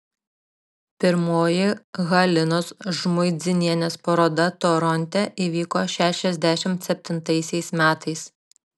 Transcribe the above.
pirmoji halinos žmuidzinienės paroda toronte įvyko šešiasdešimt septintaisiais metais